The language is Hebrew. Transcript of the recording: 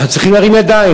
אנחנו צריכים להרים ידיים.